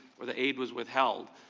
where the aid was withheld.